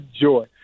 joy